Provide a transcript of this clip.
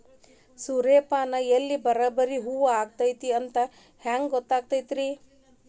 ಸೂರ್ಯಪಾನ ಎಲ್ಲ ಬರಬ್ಬರಿ ಹೂ ಆಗೈತಿ ಅಂತ ಹೆಂಗ್ ಗೊತ್ತಾಗತೈತ್ರಿ?